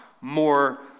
more